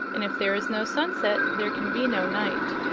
and if there is no sunset there can be no night.